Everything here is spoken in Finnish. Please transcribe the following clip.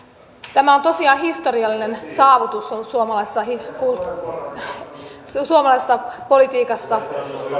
tämä on tosiaan historiallinen saavutus ollut suomalaisessa politiikassa